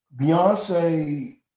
Beyonce